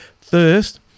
First